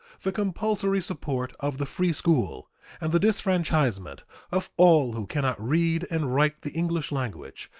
the compulsory support of the free school and the disfranchisement of all who can not read and write the english language,